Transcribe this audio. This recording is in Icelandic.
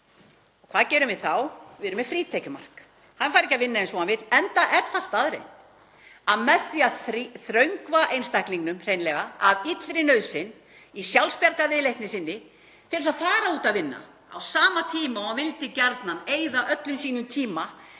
Og hvað gerum við þá? Við erum með frítekjumark. Hann fær ekki að vinna eins og hann vill, enda er það staðreynd að með því að þröngva einstaklingnum hreinlega af illri nauðsyn í sjálfsbjargarviðleitni sinni til þess að fara út að vinna, á sama tíma og hann vildi gjarnan eyða öllum sínum tíma